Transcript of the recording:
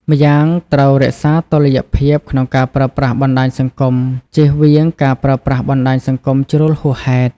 ម្យ៉ាងត្រូវរក្សាតុល្យភាពក្នុងការប្រើប្រាស់បណ្តាញសង្គម ជៀសវៀងការប្រើប្រាប់បណ្តាញសង្គមជ្រុលហួសហេតុ។